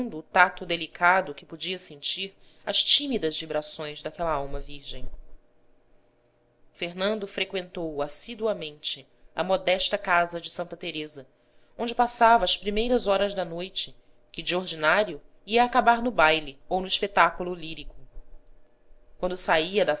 o tacto delicado que podia sentir as tímidas vibrações daquela alma virgem fernando freqüentou assiduamente a modesta casa de santa teresa onde passava as primeiras horas da noite que de ordinário ia acabar no baile ou no espetáculo lírico quando saía da